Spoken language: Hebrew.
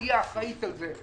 שהיא האחראית על זה.